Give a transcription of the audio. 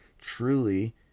truly